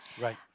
Right